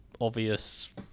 obvious